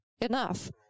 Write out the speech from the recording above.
Enough